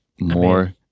more